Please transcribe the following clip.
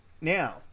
Now